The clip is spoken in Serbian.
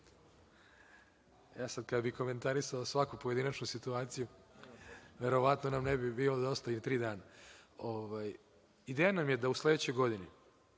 u, sada kada bih komentarisao svaku pojedinačnu situaciju, verovatno nam ne bi bilo dosta ni tri dana. Ideja nam je da u sledećoj godini